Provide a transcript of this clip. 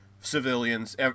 civilians